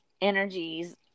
energies